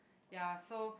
ya so